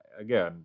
again